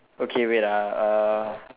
okay wait ah uh